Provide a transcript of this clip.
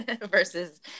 versus